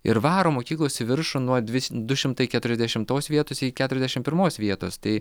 ir varo mokyklos į viršų nuo dvis du šimtai keturiasdešimtos vietos iki keturiasdešim pirmos vietos tai